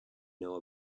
know